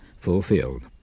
fulfilled